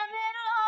middle